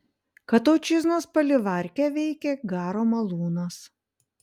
kataučiznos palivarke veikė garo malūnas